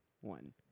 One